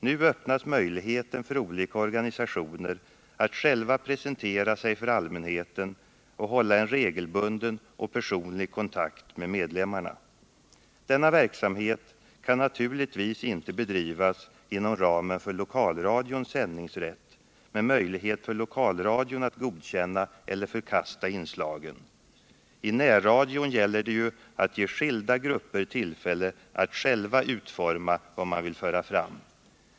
Nu öppnas möjligheten för olika organisationer att själva presentera sig för allmänheten och hålla en regelbunden och personlig kontakt med medlemmarna. Denna verksamhet kan naturligtvis inte bedrivas inom ramen för lokalradions sändningsrätt med möjlighet för lokalradion att godkänna eller förkasta inslagen. I närradion gäller det ju att ge skilda grupper möjlighet att själva utforma vad man vill föra fram.